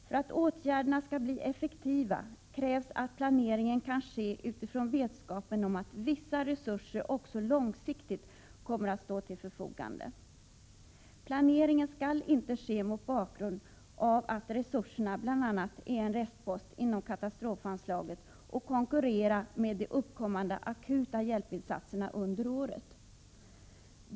För att åtgärderna skall bli effektiva krävs att planeringen kan ske utifrån vetskapen om att vissa resurser också långsiktigt kommer att stå till förfogande. Planeringen skall inte ske mot bakgrund av att resurserna bl.a. är en restpost inom katastrofanslaget och konkurrerar med de uppkommande akuta hjälpinsatserna under året.